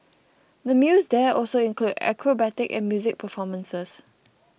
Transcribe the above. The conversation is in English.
the meals there also include acrobatic and music performances